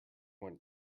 went